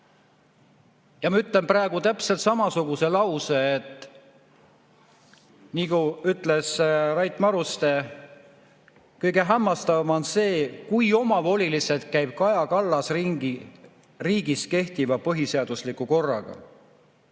Ja ma ütlen praegu täpselt samasuguse lause, nagu ütles Rait Maruste. Kõige hämmastavam on see, kui omavoliliselt käib Kaja Kallas ringi riigis kehtiva põhiseadusliku korraga.